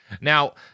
Now